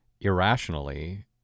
irrationally